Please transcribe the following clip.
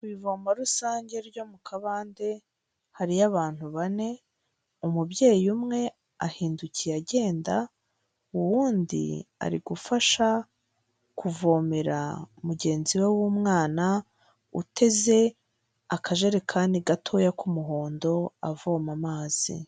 Ivomo rusange ryo mu kabande hariyo abantu bane umubyeyi umwe ahindukiye agenda uwundi ari gufasha kuvomera mugenzi we w'umwana uteze akajerekani gatoya k'umuhondo avoma amazi.